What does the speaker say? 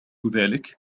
ذلك